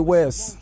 West